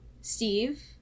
Steve